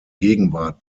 gegenwart